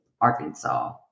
Arkansas